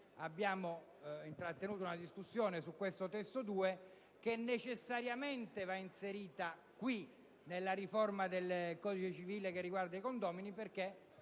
abbiamo intrattenuto una discussione sull'emendamento - che necessariamente va inserita nella riforma del codice civile in tema di condomini, perché